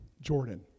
Jordan